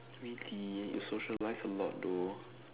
means he you socialize a lot though